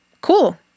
cool